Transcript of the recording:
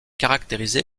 caractérisé